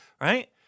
right